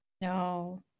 No